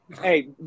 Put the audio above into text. Hey